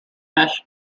mesh